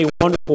wonderful